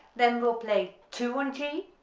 then we'll play two on g,